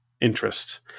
interest